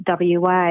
WA